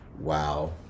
Wow